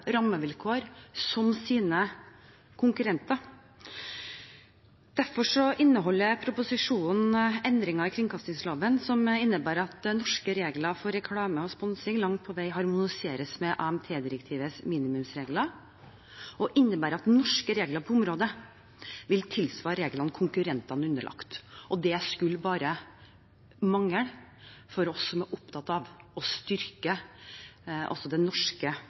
rammevilkår som sine konkurrenter. Derfor inneholder proposisjonen endringer i kringkastingsloven som innebærer at norske regler for reklame og sponsing langt på vei harmoniseres med AMT-direktivets minimumsregler og innebærer at norske regler på området vil tilsvare reglene som konkurrentene er underlagt. Det skulle bare mangle for oss som er opptatt av å styrke det norske